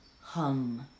Hum